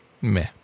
meh